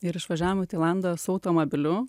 ir išvažiavom į tailandą su automobiliu